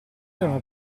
erano